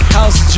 House